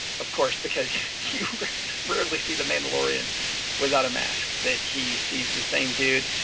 of course, because you rarely see the mandalorian without a mask that he's, he's the same dude.